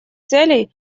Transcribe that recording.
целей